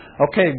okay